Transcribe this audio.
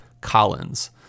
Collins